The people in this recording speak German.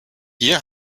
ihr